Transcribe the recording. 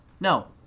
no